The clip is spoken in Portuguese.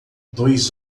dois